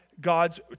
God's